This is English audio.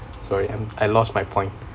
sorry um I lost my point